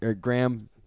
Graham